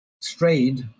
strayed